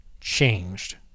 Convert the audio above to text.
changed